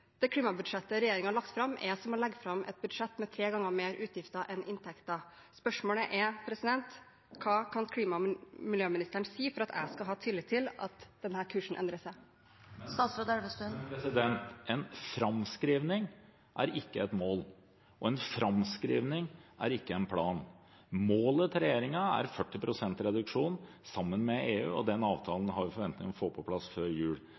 Det klimabudsjettet regjeringen har lagt fram, er som å legge fram et budsjett med tre ganger høyere utgifter enn inntekter. Spørsmålet er: Hva kan klima- og miljøministeren si for at jeg skal ha tillit til at denne kursen endrer seg? Men en framskriving er ikke et mål. En framskriving er ikke en plan. Målet til regjeringen er 40 pst. reduksjon sammen med EU. Den avtalen har vi forventninger om å få på plass før jul.